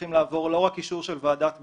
צריכים לעבור לא רק אישור של ועדת ביקורת,